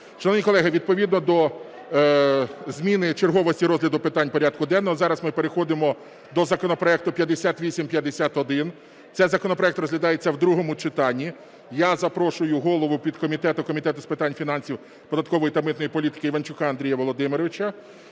Шановні колеги, відповідно до зміни черговості розгляду питань порядку денного зараз ми переходимо до законопроекту 5851. Цей законопроект розглядається в другому читанні. Я запрошую голову підкомітету Комітету з питань фінансів, податкової та митної політики Іванчука Андрія Володимировича.